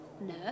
No